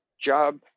job